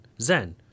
Zen